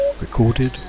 Recorded